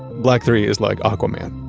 black three is like aquaman.